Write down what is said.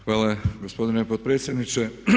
Hvala gospodine potpredsjedniče.